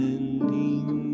Ending